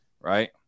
right